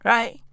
Right